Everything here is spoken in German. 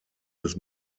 des